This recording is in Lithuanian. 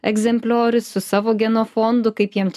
egzemplioris su savo genofondu kaip jiem